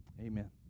amen